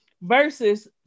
Versus